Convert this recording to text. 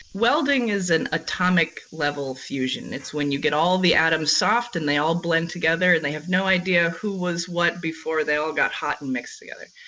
welding is an atomic level fusion. it's when you get all the atoms soft and they all blend together and they have no idea who was what before they all got hot and mixed together.